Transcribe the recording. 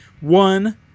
one